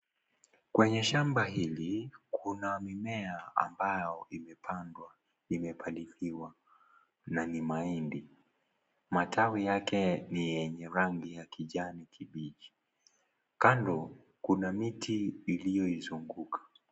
Kwenye shamba hili kuna mimea ambayo imepandwa, imepaliliwa na ni mahindi. Matawi yake ni yenye ya rangi ya kijani kibichi, kando kuna miti iliyoizunguka.